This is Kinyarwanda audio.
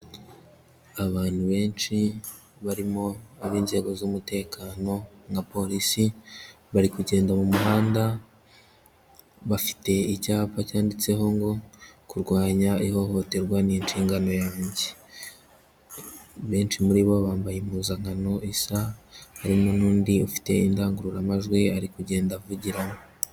Abantu benshi barimo ab'inzego z'umutekano nka polisi, bari kugenda mu muhanda bafite icyapa cyanditseho ngo:" Kurwanya ihohoterwa ni inshingano yanjye." Benshi muri bo bambaye impuzankano isa, harimo n'undi ufite indangururamajwi ari kugenda avugiramo.